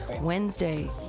Wednesday